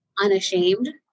unashamed